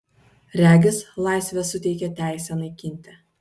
regis laisvė suteikia teisę naikinti